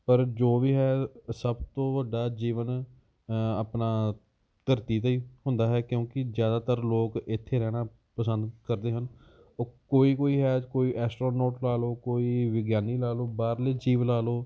ਪਰ ਜੋ ਵੀ ਹੈ ਸਭ ਤੋਂ ਵੱਡਾ ਜੀਵਨ ਆਪਣਾ ਧਰਤੀ 'ਤੇ ਹੀ ਹੁੰਦਾ ਹੈ ਕਿਉਂਕਿ ਜ਼ਿਆਦਾਤਰ ਲੋਕ ਇੱਥੇ ਰਹਿਣਾ ਪਸੰਦ ਕਰਦੇ ਹਨ ਉਹ ਕੋਈ ਕੋਈ ਹੈ ਕੋਈ ਐਸਟਰੋਨੋਟ ਲਾ ਲਓ ਕੋਈ ਵਿਗਿਆਨੀ ਲਾ ਲਓ ਬਾਹਰਲੇ ਜੀਵ ਲਾ ਲਓ